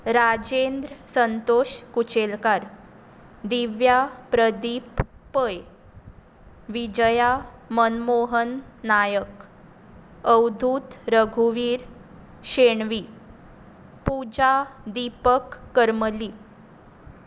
राजेंद्र संतोश कुचेलकार दिव्या प्रदीप पै विजया मनमोहन नायक अवधूत रघुवीर शेणवी पुजा दिपक करमली